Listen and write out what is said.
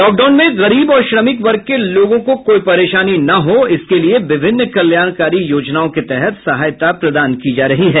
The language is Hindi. लॉकडाउन में गरीब और श्रमिक वर्ग के लोगों को कोई परेशानी न हो इसके लिए विभिन्न कल्याणकारी योजनाओं के तहत सहायता प्रदान की जा रही है